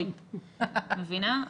האוכלוסייה הזאת ממש מקפידה על מרחק, על מסיכה.